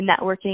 networking